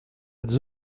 êtes